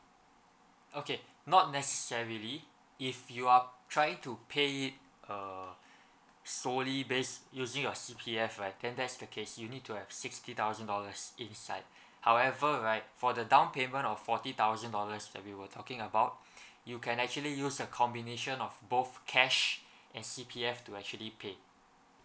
okay not necessarily if you are trying to pay it uh solely based using your C_P_F right then that's the case you need to have sixty thousand dollars inside however right for the down payment of forty thousand dollars that we were talking about you can actually use a combination of both cash and C_P_F to actually pay